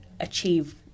achieve